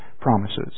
promises